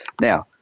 Now